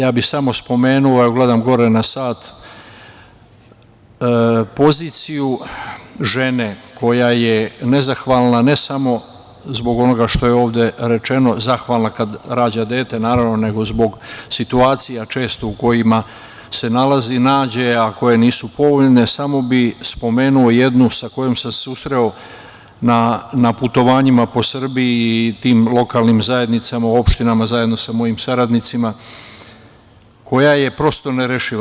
Samo bih spomenuo, gledam gore na sat, poziciju žene koja je nezahvalna ne samo zbog onoga što je ovde rečeno, zahvalna kada rađa dete naravno, nego zbog situacija često u kojima se nalazi, nađe, a koje nisu povoljne, samo bih spomenuo jednu sa kojom sam se susreo na putovanjima po Srbiji i tim lokalnim zajednicama u opštinama zajedno sa mojim saradnicima koja je prosto nerešiva.